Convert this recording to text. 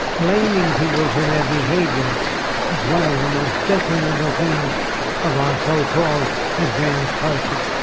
blaming people for their behavior is one of the most detrimental things of our so-called advanced culture.